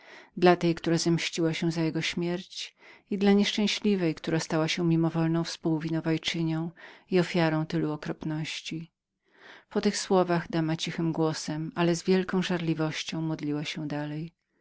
dla tej która zemściła się za jej śmierć i dla nieszczęśliwej którą los przeznaczył na mimowolną spółwinowajczynię i ofiarę tylu okropności po tych słowach dama cichym głosem ale z wielką żarliwością modliła się dalej